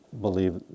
believe